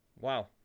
Wow